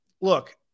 look